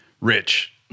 Rich